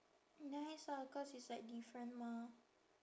nice ah cause it's like different mah